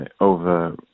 Over